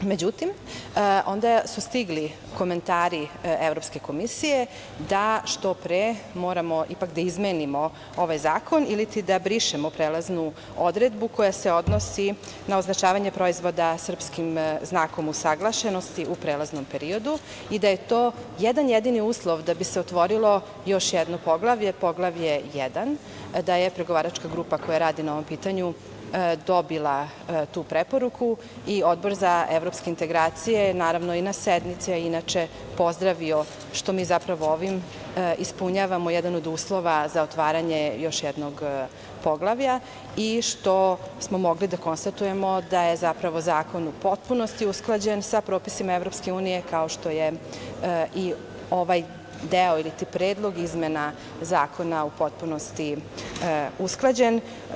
Međutim, onda su stigli komentari Evropske komisije da što pre moramo ipak da izmenimo ovaj zakon ili da brišemo prelaznu odredbu koja se odnosi na označavanje proizvoda srpskim znakom usaglašenosti u prelaznom periodu i da je to jedan jedini uslov da bi se otvorilo još jedno poglavlje, Poglavlje 1, da je pregovaračka grupa koja radi na ovom pitanju dobila tu preporuku i Odbor za evropske integracije je i na sednici inače pozdravio, što mi zapravo ovim ispunjavamo jedan od uslova za otvaranje još jednog poglavlja i što smo mogli da konstatujemo da je zapravo zakon u potpunosti usklađen sa propisima EU, kao što je i ovaj deo ili predlog izmena zakona u potpunosti usklađen.